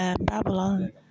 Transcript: Babylon